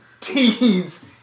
teens